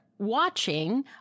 Watching